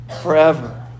forever